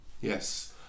Yes